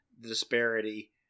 disparity